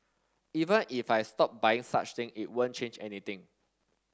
even if I stop buying such thing it won't change anything